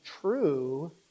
true